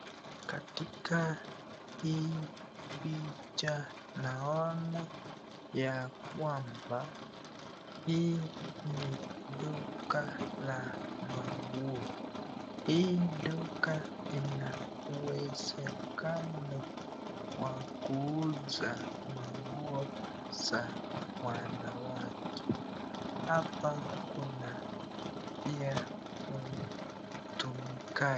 Katika hii picha, naona ya kwamba hii ni duka la manguo. Hii duka inauwezekano wa kuuza manguo za wanawake hapa kuna pia utumikaji.